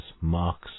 marks